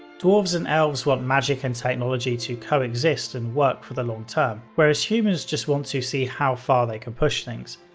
dwarves and elves want magick and technology to coexist and work for the long term, whereas humans just want to see how far they can push things.